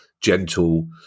gentle